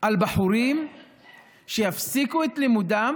על בחורים שיפסיקו את לימודם